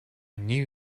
knew